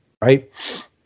right